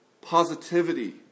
positivity